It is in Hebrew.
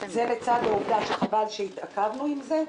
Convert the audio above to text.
וזה לצד העובדה שחבל שהתעכבנו עם זה,